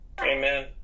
Amen